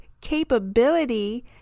capability